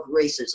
racism